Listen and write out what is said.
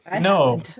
No